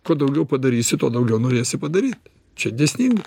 kuo daugiau padarysi tuo daugiau norėsi padaryt čia dėsninga